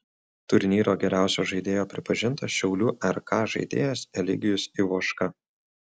turnyro geriausio žaidėjo pripažintas šiaulių rk žaidėjas eligijus ivoška